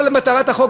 כל מטרת החוק,